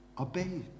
obey